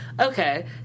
Okay